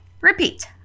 Repeat